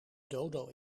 dodo